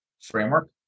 framework